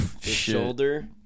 Shoulder